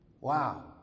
Wow